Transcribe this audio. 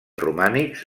romànics